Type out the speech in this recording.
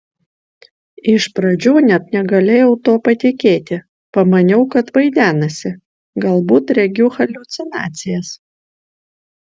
iš pradžių net negalėjau tuo patikėti pamaniau kad vaidenasi galbūt regiu haliucinacijas